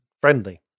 friendly